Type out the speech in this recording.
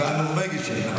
הוא נורבגי שלך.